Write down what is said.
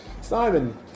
Simon